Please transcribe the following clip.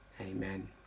Amen